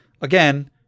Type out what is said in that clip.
Again